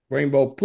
Rainbow